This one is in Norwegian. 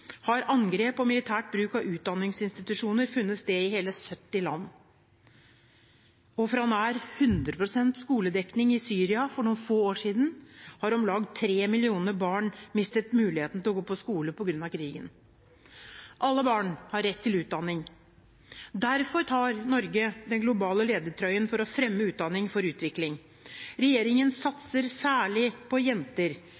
har angrep og militær bruk av utdanningsinstitusjoner funnet sted i hele 70 land. Og fra nær 100 pst. skoledekning i Syria for noen få år siden har om lag 3 millioner barn mistet muligheten til å gå på skole på grunn av krigen. Alle barn har rett til utdanning. Derfor tar Norge den globale ledertrøyen for å fremme utdanning for utvikling. Regjeringen satser særlig på jenter